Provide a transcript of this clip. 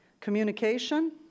communication